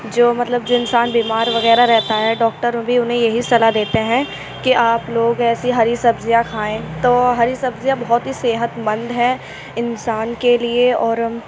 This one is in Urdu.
جو مطلب جو انسان بیمار وغیرہ رہتا ہے ڈاکٹر بھی انہیں یہی صلاح دیتے ہیں کہ آپ لوگ ایسی ہری سبزیاں کھائیں تو ہری سبزیاں بہت ہی صحت مند ہیں انسان کے لیے اور